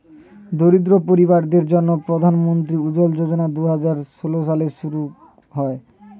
দরিদ্র পরিবারদের জন্যে প্রধান মন্ত্রী উজ্জলা যোজনা দুহাজার ষোল সালে শুরু হয়